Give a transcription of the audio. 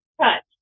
touch